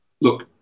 look